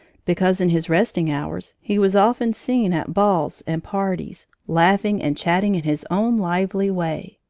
because in his resting hours he was often seen at balls and parties, laughing and chatting in his own lively way.